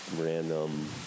Random